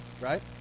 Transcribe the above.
right